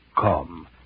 Come